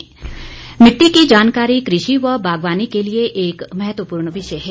मदा मिट्टी की जानकारी कृषि व बागवानी के लिए एक महत्वपूर्ण विषय है